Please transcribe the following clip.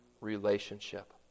relationship